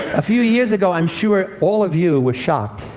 a few years ago i am sure all of you were shocked,